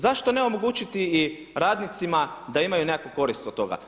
Zašto ne omogućiti i radnicima da imaju nekakvu korist od toga?